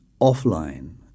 offline